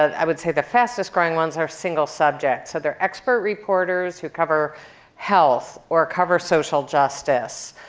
i would say the fasted growing ones are single subject. so they're expert reporters who cover health or cover social justice.